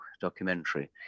documentary